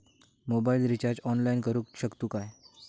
Mobile recharge online करुक शकतू काय?